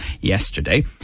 yesterday